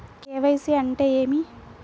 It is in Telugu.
కే.వై.సి అంటే ఏమి?